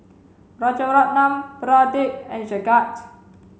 Rrajaratnam Pradip and Jagat